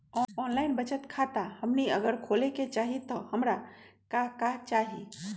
Online बचत खाता हमनी अगर खोले के चाहि त हमरा का का चाहि?